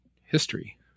history